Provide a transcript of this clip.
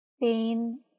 pain